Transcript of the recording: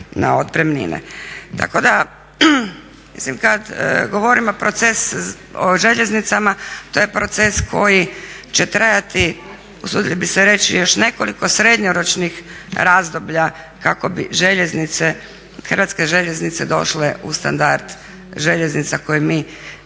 Tako da, mislim kad govorimo proces o željeznicama to je proces koji će trajati usudio bih se reći još nekoliko srednjoročnih razdoblja kako bi željeznice, Hrvatske željeznice došle u standard željeznica koje mi želimo,